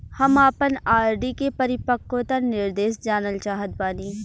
हम आपन आर.डी के परिपक्वता निर्देश जानल चाहत बानी